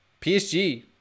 PSG